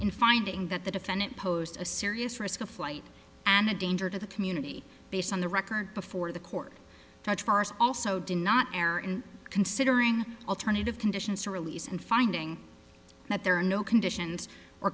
in finding that the defendant posed a serious risk of flight and a danger to the community based on the record before the court also did not air in considering alternative conditions to release and finding that there are no conditions or